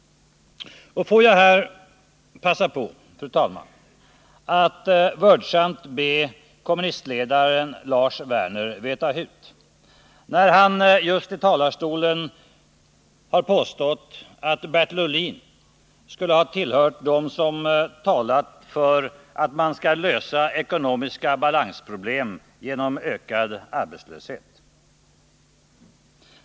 Jag vill här passa på, fru talman, att vördsamt be kommunistledaren Lars Werner att veta hut. Han har just i talarstolen påstått att Bertil Ohlin skulle ha tillhört dem som talat för att man skall lösa ekonomiska balansproblem genom ökad arbetslöshet.